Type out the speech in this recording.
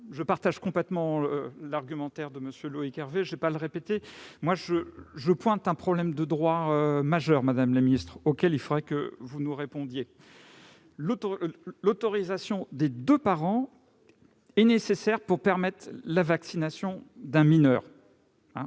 Je partage complètement l'argumentaire de M. Loïc Hervé, et je ne vais pas le répéter. Pour ma part, je veux pointer un problème de droit majeur, madame la ministre, sur lequel il faudra que vous nous répondiez. L'autorisation des deux parents est nécessaire pour permettre la vaccination d'un mineur.